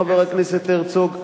חבר הכנסת הרצוג,